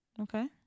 Okay